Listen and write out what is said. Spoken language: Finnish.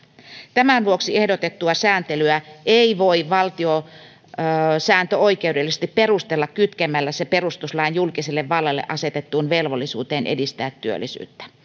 tämän vuoksi ehdotettua sääntelyä ei voi valtiosääntöoikeudellisesti perustella kytkemällä se perustuslain julkiselle vallalle asetettuun velvollisuuteen edistää työllisyyttä